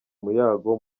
muyango